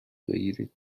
بگیرید